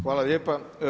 Hvala lijepa.